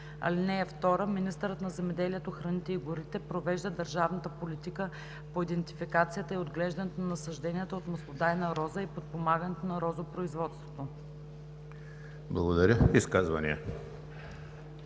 (2) Министърът на земеделието, храните и горите провежда държавната политика по идентификацията и отглеждането на насажденията от маслодайна роза и подпомагането на розопроизводството.“ ПРЕДСЕДАТЕЛ